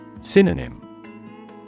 Synonym